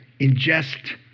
ingest